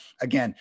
again